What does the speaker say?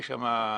יש שם ערבים,